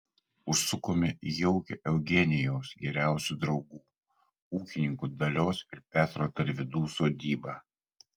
užsukome į jaukią eugenijaus geriausių draugų ūkininkų dalios ir petro tarvydų sodybą